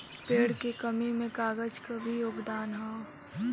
पेड़ क कमी में कागज क भी योगदान हौ